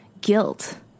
guilt